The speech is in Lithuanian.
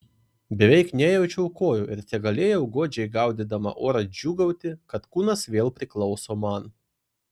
beveik nejaučiau kojų ir tegalėjau godžiai gaudydama orą džiūgauti kad kūnas vėl priklauso man